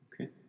Okay